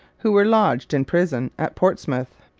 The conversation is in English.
who were lodged in prison at portsmouth.